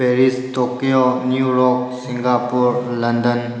Paris Tokyo New York Singapore London